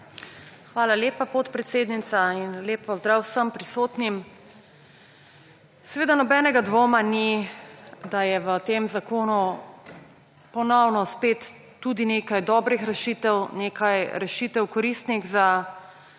Hvala lepa, podpredsednica. In lep pozdrav vsem prisotnim. Seveda nobenega dvoma ni, da je v tem zakonu ponovno spet tudi nekaj dobrih rešitev, nekaj rešitev koristnih za naše